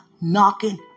knocking